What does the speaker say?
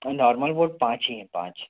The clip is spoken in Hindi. पावर बोर्ड पाँच ही हैं पाँच